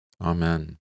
Amen